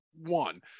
one